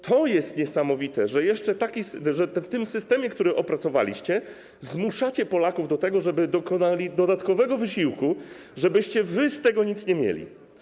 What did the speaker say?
To jest niesamowite, że w tym systemie, który opracowaliście, zmuszacie Polaków do tego, żeby dokonali dodatkowego wysiłku, żebyście wy z tego nic nie mieli.